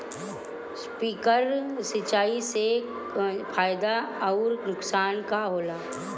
Sprinkler सिंचाई से फायदा अउर नुकसान का होला?